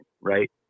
right